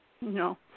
No